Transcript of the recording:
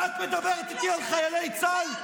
ואת מדברת איתי על חיילי צה"ל?